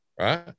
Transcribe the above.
Right